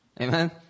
Amen